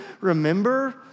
remember